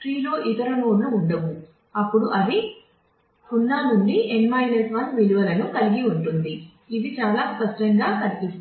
tree లో ఇతర నోడ్లు ఉండవు అప్పుడు అది 0 నుండి n 1 విలువలను కలిగి ఉంటుంది ఇవి చాలా స్పష్టంగా కనిపిస్తాయి